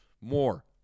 more